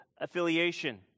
affiliation